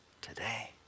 today